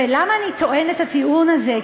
ולמה אני טוענת את הטיעון הזה?